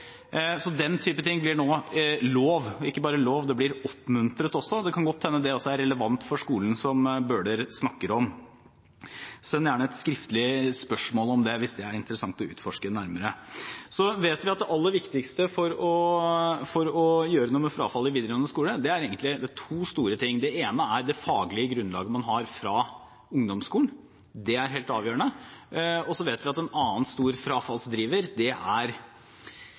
blir nå lov, og ikke bare lov, det blir også oppmuntret til det. Det kan godt hende dette også er relevant for skolen som Bøhler snakker om. Send gjerne et skriftlig spørsmål om det, hvis det er interessant å utforske nærmere. Så vet vi at det aller viktigste for å gjøre noe med frafallet i videregående skole egentlig er to store ting. Det ene er det faglige grunnlaget man har fra ungdomsskolen – det er helt avgjørende. Vi vet også at en annen stor frafallsdriver er psykiske helseproblemer i kombinasjon med at man ikke får f.eks. lærlingplass. Det er